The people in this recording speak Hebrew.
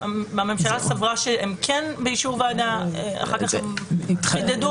הממשלה סברה שהן כן באישור ועדה ואחר כך חידדו.